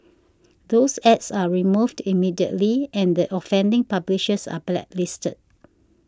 those ads are removed immediately and the offending publishers are blacklisted